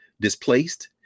displaced